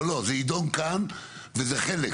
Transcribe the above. לא, לא, זה ידון כאן וזה חלק.